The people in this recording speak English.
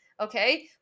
Okay